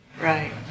Right